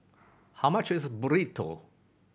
how much is Burrito